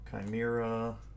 Chimera